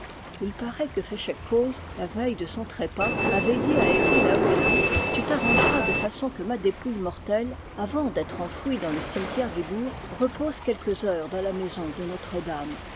il paraît que féchec coz la veille de son trépas avait dit à herri laouénan tu t'arrangeras de façon que ma dépouille mortelle avant d'être enfouie dans le cimetière du bourg repose quelques heures dans la maison de notre-dame